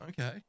Okay